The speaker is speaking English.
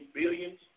billions